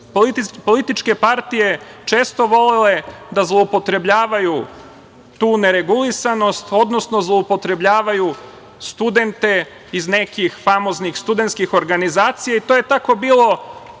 političke partije često volele da zloupotrebljavaju tu neregulisanost, odnosno zloupotrebljavaju studente iz nekih famoznih studentskih organizacija, i to je tako bilo